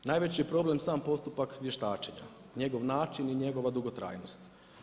Najveći je problem sam postupak vještačenja, njegov način i njegova dugotrajnost.